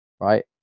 Right